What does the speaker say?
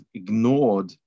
ignored